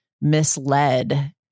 misled